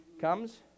comes